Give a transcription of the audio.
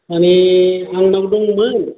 माने आंनाव दंमोन